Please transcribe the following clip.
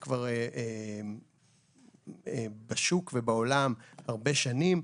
ואני רוצה להגיד לך כמי שמלווה את ועדת הסל כל כך הרבה שנים,